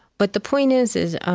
but the point is is